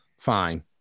fine